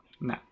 No